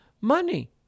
money